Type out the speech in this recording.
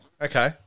Okay